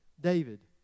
David